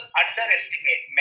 underestimate